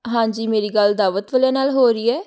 ਹਾਂਜੀ ਮੇਰੀ ਗੱਲ ਦਾਵਤ ਵਾਲਿਆਂ ਨਾਲ ਹੋ ਰਹੀ ਹੈ